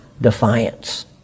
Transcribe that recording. defiance